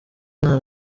nta